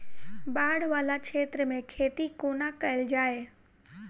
बाढ़ वला क्षेत्र मे खेती कोना कैल जाय?